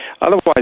Otherwise